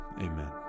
amen